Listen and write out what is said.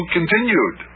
Continued